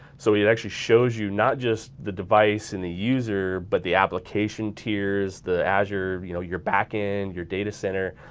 so it actually shows you not just the device and the user but the application tiers, the azure, you know you're back end, your data center.